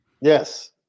Yes